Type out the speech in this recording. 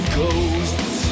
ghosts